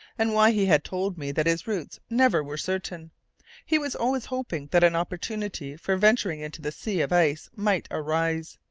and why he had told me that his routes never were certain he was always hoping that an opportunity for venturing into the sea of ice might arise.